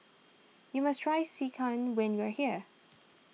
you must try Sekihan when you are here